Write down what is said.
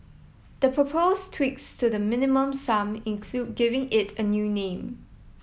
the proposed tweaks to the Minimum Sum include giving it a new name